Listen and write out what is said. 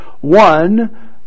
One